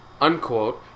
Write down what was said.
unquote